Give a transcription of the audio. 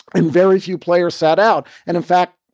and very few players sat out. and in fact,